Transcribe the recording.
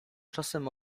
czasem